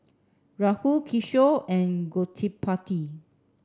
Rahul Kishore and Gottipati